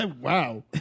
Wow